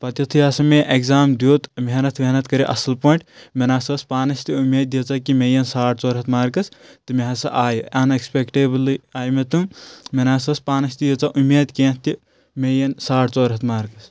پتہٕ یُتھُے ہسا مےٚ ایٚگزام دیٛت محنت وحنت کٔرِتھ اصٕل پٲٹھۍ مےٚ نَہ سا ٲس پانس تہِ اُمید ییٖژاہ کہِ مےٚ یِیَن ساڑ ژور ہتھ مارکٕس تہٕ مےٚ ہسا آیہِ اَن ایٚکٕسپیکٹیبٕلٕے آیہِ مےٚ تِم مےٚ نَہ سا ٲس پانس تہِ ییٖژاہ اُمید کیٚنٛہہ تہِ مےٚ یِیَن ساڑ ژور ہتھ مارکٕس